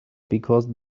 because